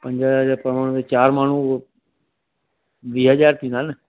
पंज हज़ार पवण में चारि माण्हू उहो वीह हज़ार थींदा न